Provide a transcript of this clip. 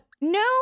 No